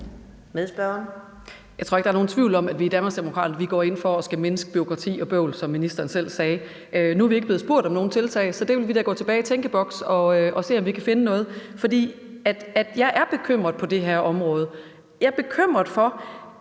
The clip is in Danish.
Jeg tror ikke, der er nogen tvivl om, at vi i Danmarksdemokraterne går ind for at mindske bureaukrati og bøvl, som ministeren selv sagde. Nu er vi ikke blevet spurgt om, om vi har nogen tiltag, så vi vil da gå tilbage i tænkeboks og se, om vi kan finde nogen. For jeg er bekymret for det her område. Jeg er bekymret for,